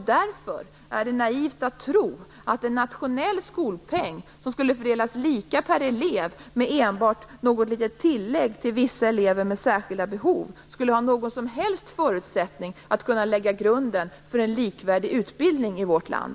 Därför är det naivt att tro att en nationell skolpeng som skall fördelas lika per elev med enbart något litet tillägg till vissa elever med särskilda behov, skulle utgöra någon som helst förutsättning att lägga grunden för en likvärdig utbildning i vårt land.